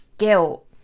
guilt